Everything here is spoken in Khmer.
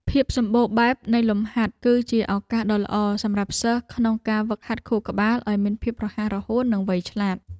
ភាពសម្បូរបែបនៃលំហាត់ គឺជាឱកាសដ៏ល្អសម្រាប់សិស្សក្នុងការហ្វឹកហាត់ខួរក្បាលឱ្យមានភាពរហ័សរហួននិងវៃឆ្លាត។